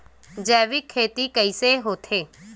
जैविक खेती कइसे होथे?